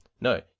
No